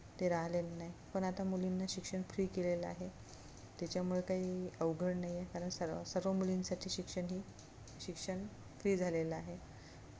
ते राहिलेलं नाही पण आता मुलींना शिक्षण फ्री केलेलं आहे त्याच्यामुळं काही अवघड नाही आहे कारण सर्व सर्व मुलींसाठी शिक्षण ही शिक्षण फ्री झालेलं आहे